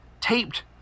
taped